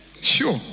sure